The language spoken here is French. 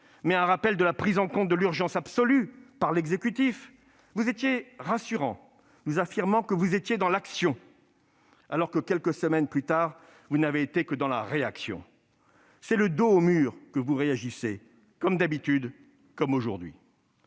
mais un appel à la prise en compte de l'urgence absolue par l'exécutif. Vous étiez rassurant, vous nous affirmiez que vous étiez dans l'action, alors que quelques semaines plus tard vous n'avez été que dans la réaction ! C'est le dos au mur que vous réagissez, comme d'habitude, comme aujourd'hui.